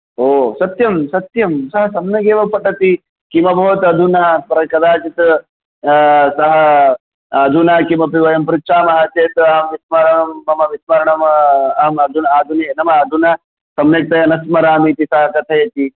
ओ सत्यं सत्यं सः सम्यगेव पठति किमभवत् अधुना अत्र कदाचित् सः अधुना किमपि वयं पृच्छामः चेत् अहं विस्मरामि मम विस्मरणं अहं नाम अधुना सम्यग्तया न स्मरामि इति सः कथयति